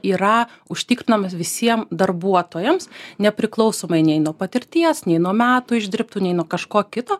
yra užtikrinamas visiem darbuotojams nepriklausomai nei nuo patirties nei nuo metų išdirbtų nei nuo kažko kito